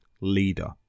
leader